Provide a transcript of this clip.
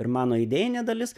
ir mano idėjinė dalis